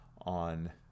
on